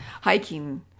hiking